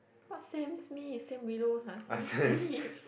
what Sam Smith Sam Willows lah Sam Smith